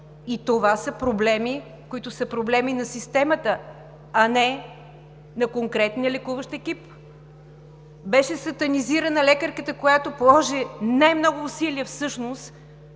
и това са проблеми, които са проблеми на системата, а не на конкретния лекуващ екип. Беше сатанизирана лекарката, която положи най-много усилия всъщност,